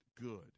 good